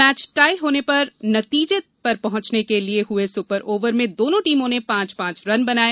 match tie होने पर नतीजे पर पहुंचने के लिए हुए सुपर ओवर में दोनों टीमों ने पांच पांच रन बनाए